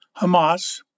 Hamas